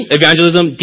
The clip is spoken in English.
evangelism